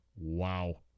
Wow